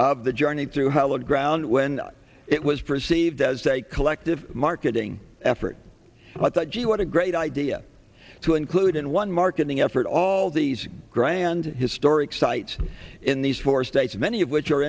of the journey through hallowed ground when it was perceived as a collective marketing effort but gee what a great idea to include in one marketing effort all these grand historic sites in these four states many of which are